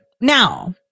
Now